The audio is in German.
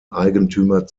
eigentümer